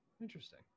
Interesting